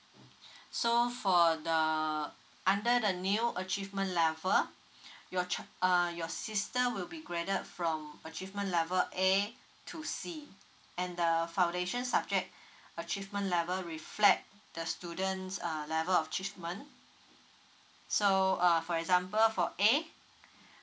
so for the under the new achievement level your child uh your sister will be graded from achievement level A to C and the foundation subject achievement level reflect the students uh level of achievement so uh for example for A